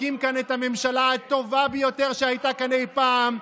נקים כאן את הממשלה הטובה ביותר שהייתה כאן אי-פעם,